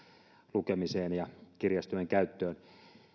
lukemiseen ja kirjastojen käyttöön